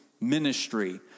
ministry